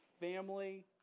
family